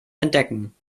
entdecken